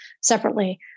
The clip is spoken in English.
separately